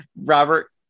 Robert